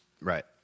Right